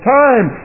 time